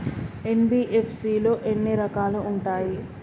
NBFC లో ఎన్ని రకాలు ఉంటాయి?